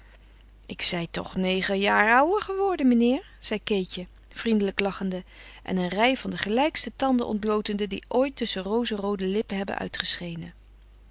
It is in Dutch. ik zij toch negen jaar ouer geworden mijnheer zei keetje vriendelijk lachende en een rij van de gelijkste tanden ontblootende die ooit tusschen rozeroode lippen hebben uitgeschenen